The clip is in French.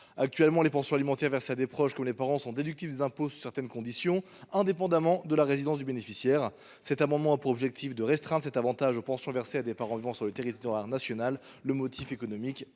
Actuellement, les pensions alimentaires versées à des proches, comme les parents, sont déductibles des impôts sous certaines conditions, indépendamment du lieu de résidence du bénéficiaire. Ainsi, nous proposons de restreindre cet avantage aux pensions versées aux parents résidant sur le territoire national. Le motif économique